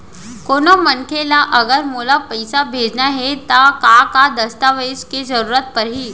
कोनो मनखे ला अगर मोला पइसा भेजना हे ता का का दस्तावेज के जरूरत परही??